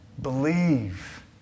Believe